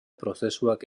prozesuak